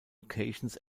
occasions